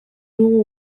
dugu